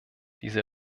diese